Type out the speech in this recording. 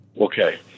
Okay